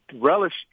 Relish